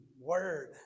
word